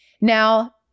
Now